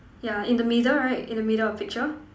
yeah in the middle right in the middle of picture